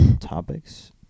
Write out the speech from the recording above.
topics